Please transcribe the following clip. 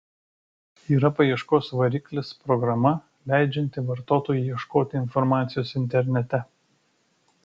yra paieškos variklis programa leidžianti vartotojui ieškoti informacijos internete